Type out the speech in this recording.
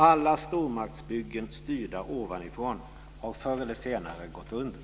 Alla stormaktsbyggen styrda ovanifrån har förr eller senare gått under.